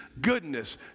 goodness